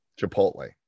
Chipotle